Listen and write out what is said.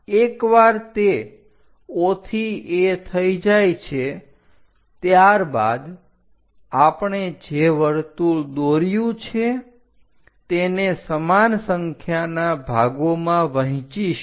એકવાર તે O થી A થઈ જાય છે ત્યારબાદ આપણે જે વર્તુળ દોર્યું છે તેને સમાન સંખ્યાના ભાગોમાં વહેંચીશું